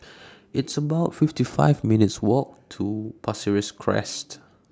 It's about fifty five minutes' Walk to Pasir Ris Crest